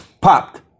popped